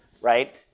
right